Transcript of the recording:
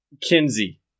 Kinsey